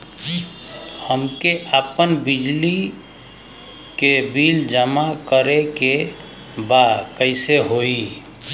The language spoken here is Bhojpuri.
हमके आपन बिजली के बिल जमा करे के बा कैसे होई?